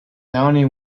downey